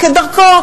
כדרכו,